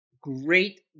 great